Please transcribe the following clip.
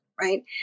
Right